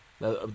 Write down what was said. Now